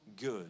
good